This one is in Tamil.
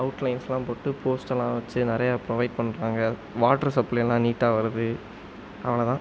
அவுட்லைன்ஸ்லாம் போட்டு போஸ்ட்டெல்லாம் வச்சு நிறையா ப்ரொவைட் பண்ணுறாங்க வாட்டர் சப்ளையெல்லாம் நீட்டாக வருது அவ்வளோ தான்